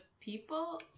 people